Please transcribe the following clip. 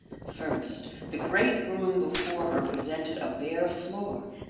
first, the great room before her presented a bare floor,